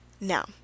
Now